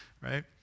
right